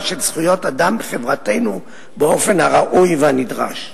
של זכויות אדם בחברתנו באופן הראוי והנדרש.